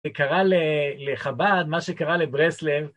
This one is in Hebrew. שקרה לחב"ד, מה שקרה לברסלב.